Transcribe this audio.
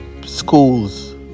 Schools